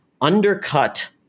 undercut